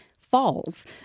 falls